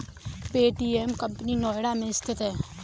Paytm company Noida में स्थित है